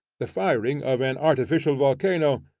the firing of an artificial volcano,